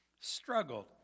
struggled